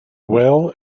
well